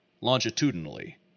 longitudinally